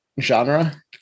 genre